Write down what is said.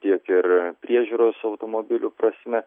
tiek ir priežiūros automobilių prasme